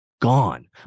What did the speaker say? gone